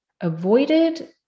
avoided